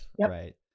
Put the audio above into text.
right